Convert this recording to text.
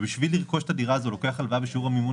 ובשביל לרכוש את הדירה הזו הוא לוקח הלוואה בשיעור המימון